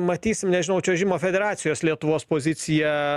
matysim nežinau čiuožimo federacijos lietuvos poziciją